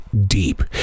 deep